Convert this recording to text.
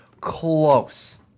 close